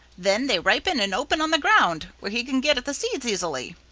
then they ripen and open on the ground, where he can get at the seeds easily.